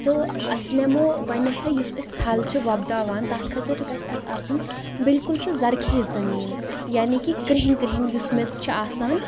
تہٕ أسۍ نِمو گۄڈنیٚتھٕے یُس أسۍ تھَل چھِ وۄپداوان تتھ خٲطرٕ گژھِ اسہِ آسٕنۍ بِلکُل سۄ ذرخیز زٔمیٖن یعنے کہِ کرٛہٕنۍ کرٛہٕنۍ یُس میٚژ چھِ آسان